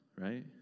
right